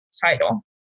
title